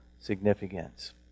significance